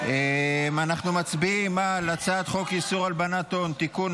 אנחנו מצביעים על הצעת חוק איסור הלבנת הון (תיקון,